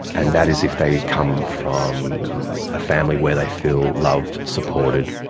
and that is if they come from a family where they feel loved, supported,